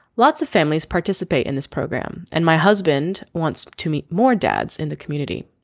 lots of families participate in this program and my husband wants to meet more dads in the community.